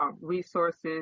resources